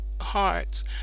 hearts